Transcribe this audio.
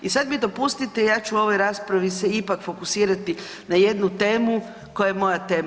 I sad mi dopustite ja ću u ovoj raspravi se ipak fokusirati na jednu temu koja je moja tema.